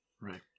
Right